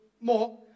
more